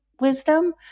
wisdom